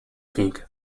thing